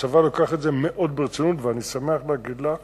הצבא לוקח את זה מאוד ברצינות, ואני שמח להגיד לך